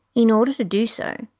in order to do so,